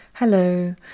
Hello